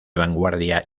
vanguardia